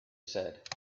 said